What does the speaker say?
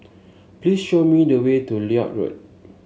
please show me the way to Lloyd Road